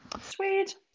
sweet